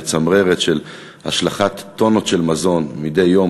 והמצמררת הזאת של השלכת טונות של מזון מדי יום,